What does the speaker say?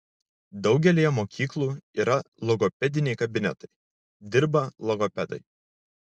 daugelyje mokyklų yra logopediniai kabinetai dirba logopedai